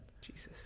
Jesus